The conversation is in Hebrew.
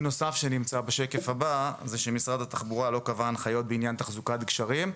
נוסף שנמצא זה שמשרד התחבורה לא קבע הנחיות בעניין תחזוקת גשרים.